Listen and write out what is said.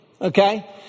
okay